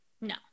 No